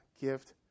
gift